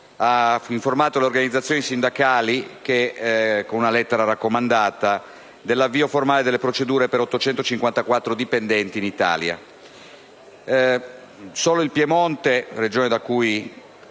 ha informato le organizzazioni sindacali, con una lettera raccomandata, dell'avvio formale delle procedure per 854 dipendenti in Italia. Solo in Piemonte (Regione da cui